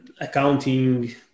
accounting